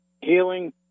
healing